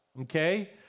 Okay